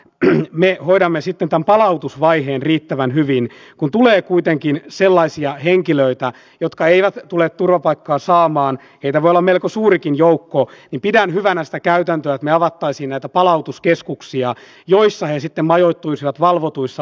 mutta täytyy huomioida se mikä on siellä köyhyysraportissakin mainittu että toistaiseksi vielä eivät kaikki ihmiset pääse digitaalisten palveluiden äärelle eli tästä tasa arvosta täytyy pitää huolta että se saadaan täysimääräisesti sitten käyttöön